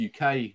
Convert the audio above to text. uk